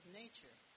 nature